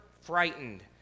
frightened